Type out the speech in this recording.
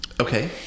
Okay